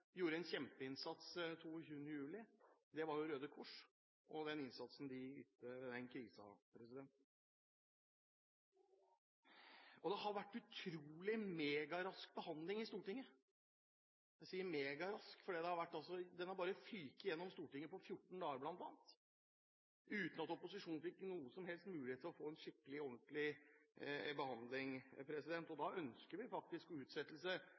gjorde en kjempeinnsats 22. juli: Det var Røde Kors, med den innsatsen de ytte ved den krisen. Det har vært utrolig megarask behandling i Stortinget – jeg sier «megarask», for denne saken har bl.a. bare føket gjennom Stortinget på 14 dager, uten at opposisjonen fikk noen som helst mulighet til å få en skikkelig og ordentlig behandling av den. Da ønsker vi faktisk en utsettelse